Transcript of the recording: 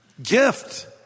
gift